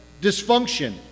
dysfunction